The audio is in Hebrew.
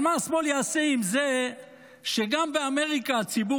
אבל מה השמאל יעשה עם זה שגם באמריקה הציבור